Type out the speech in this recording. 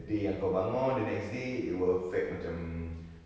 day yang kau bangun the next day it will affect macam